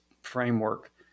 framework